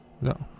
No